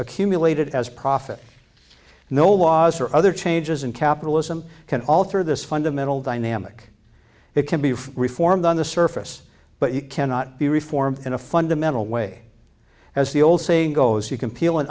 accumulated as profit and no laws or other changes in capitalism can alter this fundamental dynamic it can be reformed on the surface but you cannot be reformed in a fundamental way as the old saying goes you can peel an